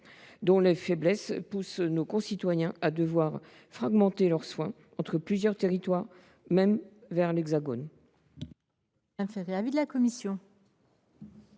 dont les faiblesses poussent nos concitoyens à fragmenter leurs soins entre plusieurs territoires, y compris vers l’Hexagone.